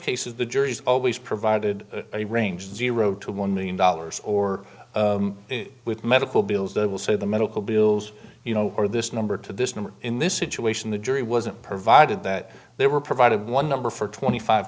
cases the juries always provided a range zero to one million dollars or with medical bills that will say the medical bills you know or this number to this number in this situation the jury wasn't provided that they were provided one number for twenty five